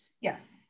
Yes